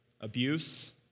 abuse